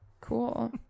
Cool